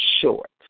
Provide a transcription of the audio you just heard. Short